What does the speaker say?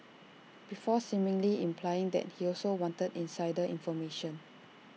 before seemingly implying that he also wanted insider information